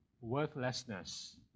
worthlessness